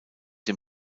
dem